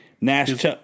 Nash